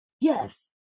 yes